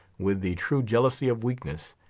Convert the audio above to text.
with the true jealousy of weakness,